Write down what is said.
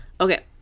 Okay